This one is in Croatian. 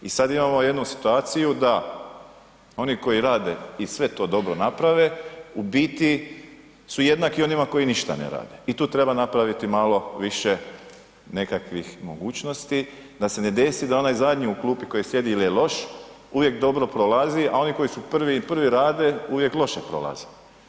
I sad imamo jednu situaciju da oni koji rade i sve to dobro naprave u biti su jednaki onima koji ništa ne rade i tu treba napraviti malo više nekakvih mogućnosti da se ne desi da onaj zadnji u klupi koji sjedi ili je loš uvijek dobro prolazi a oni koji su prvi i prvi rade uvijek loše prolaze.